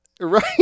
right